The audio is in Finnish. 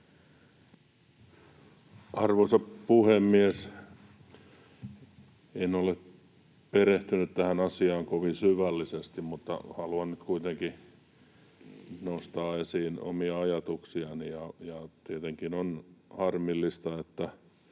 Arvoisa puhemies! En ole perehtynyt tähän asiaan kovin syvällisesti, mutta haluan nyt kuitenkin nostaa esiin omia ajatuksiani. Tietenkin on harmillista, että